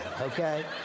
okay